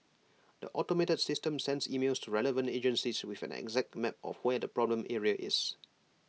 the automated system sends emails to relevant agencies with an exact map of where the problem area is